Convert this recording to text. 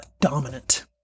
dominant